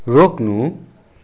रोक्नु